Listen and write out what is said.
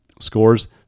Scores